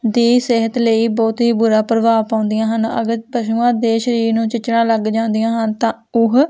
ਦੀ ਸਿਹਤ ਲਈ ਬਹੁਤ ਹੀ ਬੁਰਾ ਪ੍ਰਭਾਵ ਪਾਉਂਦੀਆਂ ਹਨ ਅਗਰ ਪਸ਼ੂਆਂ ਦੇ ਸਰੀਰ ਨੂੰ ਚਿੱਚੜਾਂ ਲੱਗ ਜਾਂਦੀਆਂ ਹਨ ਤਾਂ ਉਹ